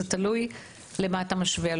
זה תלוי למה אתה משווה.